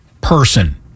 person